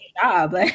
job